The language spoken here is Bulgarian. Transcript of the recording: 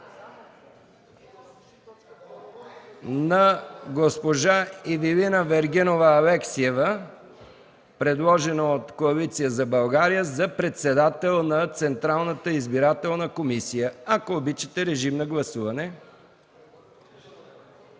на госпожа Ивилина Вергинова Алексиева, предложена от Коалиция за България за председател на Централната избирателна комисия. Моля, гласувайте.